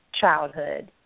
childhood